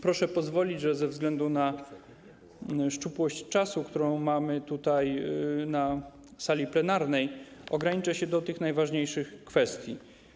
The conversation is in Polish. Proszę pozwolić, że ze względu na szczupłość czasu, którą mamy na sali plenarnej, ograniczę się do tych najważniejszych kwestii.